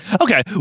Okay